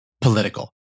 political